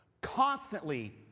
constantly